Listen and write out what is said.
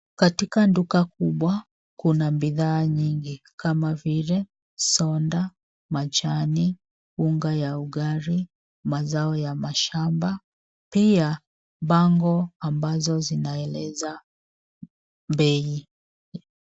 Katika duka kubwa kuna bidhaa nyingi kama vile soda, majani, unga ya ugali, mazao ya mashamba ,pia bango ambazo zinaeleza bei.